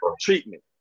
treatment